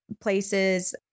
places